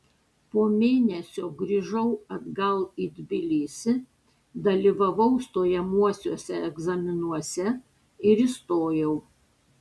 po mėnesio grįžau atgal į tbilisį dalyvavau stojamuosiuose egzaminuose ir įstojau